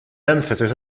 emphasis